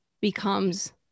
becomes